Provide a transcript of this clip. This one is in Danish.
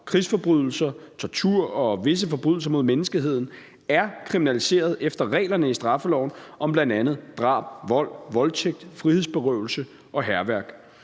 Krigsforbrydelser, tortur og visse forbrydelser mod menneskeheden er kriminaliseret efter reglerne i straffeloven om bl.a. drab, vold, voldtægt, frihedsberøvelse og hærværk.